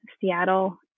Seattle